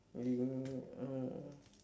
uh uh